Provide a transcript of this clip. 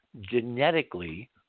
genetically